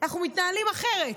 אנחנו מתנהלים אחרת.